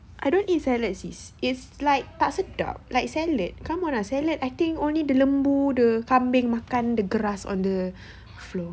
I don't eat salad sis it's like tak sedap like salad come on ah salad I think only the lembu the kambing makan the grass on the floor